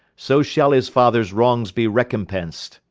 so shall his fathers wrongs be recompenc't